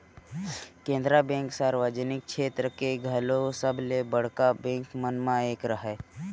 Canara bank सार्वजनिक छेत्र के घलोक सबले बड़का बेंक मन म एक हरय